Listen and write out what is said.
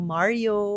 Mario